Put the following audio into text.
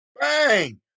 Bang